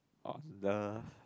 on the